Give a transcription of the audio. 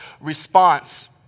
response